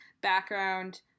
background